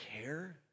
care